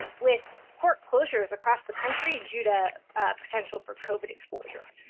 with court closures across the country due to potential for covid exposure.